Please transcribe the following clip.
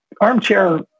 armchair